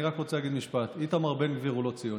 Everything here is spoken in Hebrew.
אני רק רוצה להגיד משפט: איתמר בן גביר הוא לא ציוני.